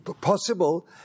possible